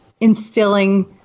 instilling